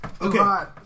Okay